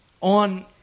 on